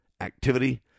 activity